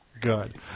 Good